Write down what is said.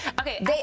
Okay